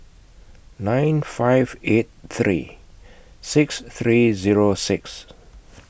nine five eight three six three Zero six